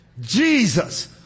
Jesus